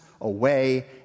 away